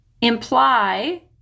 imply